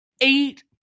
eight